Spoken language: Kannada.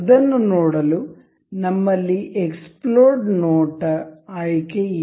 ಅದನ್ನು ನೋಡಲು ನಮ್ಮಲ್ಲಿ ಎಕ್ಸ್ಪ್ಲೋಡ್ ನೋಟ ಆಯ್ಕೆ ಇದೆ